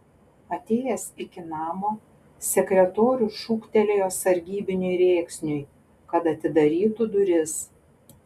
atėjęs iki namo sekretorius šūktelėjo sargybiniui rėksniui kad atidarytų duris